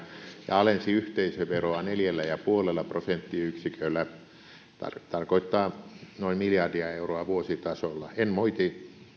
ja alensi yhteisöveroa neljällä pilkku viidellä prosenttiyksiköllä se tarkoittaa noin miljardia euroa vuositasolla en moiti